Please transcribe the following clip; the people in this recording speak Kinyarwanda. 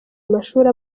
amashuri